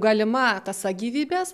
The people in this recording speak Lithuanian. galima tąsa gyvybės